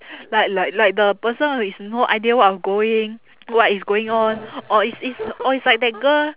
like like like the person is no idea what of going what is going on or it's it's or it's like that girl